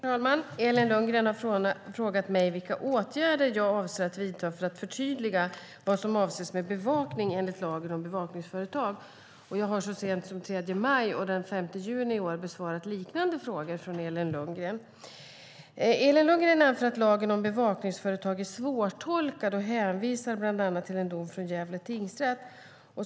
Herr talman! Elin Lundgren har frågat mig vilka åtgärder jag avser att vidta för att förtydliga vad som avses med bevakning enligt lagen om bevakningsföretag. Jag har så sent som den 3 maj och den 5 juni i år besvarat liknande frågor från Elin Lundgren. Elin Lundgren anför att lagen om bevakningsföretag är svårtolkad och hänvisar bland annat till en dom från Gävle tingsrätt.